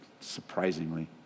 Surprisingly